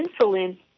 insulin